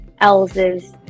else's